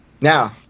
Now